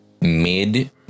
mid